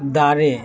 ᱫᱟᱨᱮ